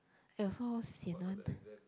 !aiyo! so sian one